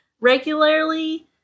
regularly